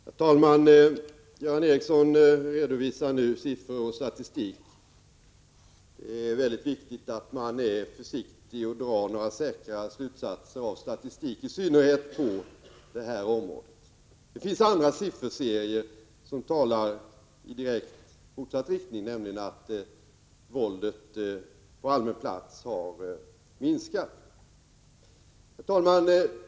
Herr talman! Göran Ericsson redovisar siffror och statistik. Men det är mycket viktigt att man är försiktig och inte drar några alltför säkra slutsatser av statistiken, i synnerhet när det gäller det här området. Det finns andra sifferserier som talar i direkt motsatt riktning, nämligen att våldet på allmän plats har minskat. Herr talman!